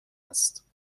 است